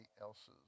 else's